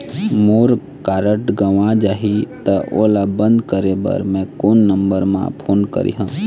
मोर card गंवा जाही त ओला बंद करें बर मैं कोन नंबर म फोन करिह?